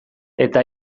eta